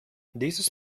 dieses